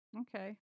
Okay